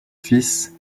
fils